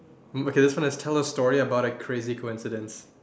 okay this one is tell a story about a crazy coincidence